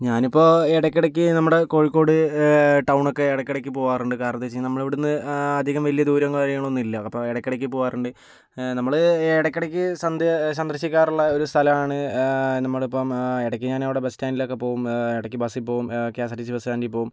ഞാനിപ്പോൾ ഇടക്കിടയ്ക്ക് നമ്മുടെ കോഴിക്കോട് ടൗണിലൊക്കെ ഇടക്കിടയ്ക്ക് പോകാറുണ്ട് കാരണമെന്തെന്ന് വച്ചു കഴിഞ്ഞാൽ നമ്മളിവിടെ നിന്ന് അധികം വലിയ ദൂരവും കാര്യങ്ങളൊന്നും ഇല്ല അപ്പോൾ ഇടക്കിടയ്ക്ക് പോകാറുണ്ട് നമ്മൾ ഇടക്കിടയ്ക്ക് സന്ദർശിക്കാറുള്ള ഒരു സ്ഥലമാണ് നമ്മളിപ്പോൾ ഇടയ്ക്ക് ഞാൻ അവിടെ ബസ് സ്റ്റാന്റിലൊക്കെ പോവും ഇടയ്ക്ക് ബസ്സിൽ പോവും K S R T C bus സ്റ്റാന്റിൽ പോവും